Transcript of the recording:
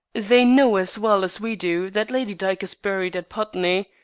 they know as well as we do that lady dyke is buried at putney.